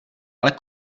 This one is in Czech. ale